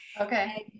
Okay